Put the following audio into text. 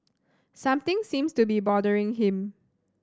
something seems to be bothering him